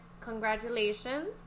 congratulations